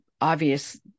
obvious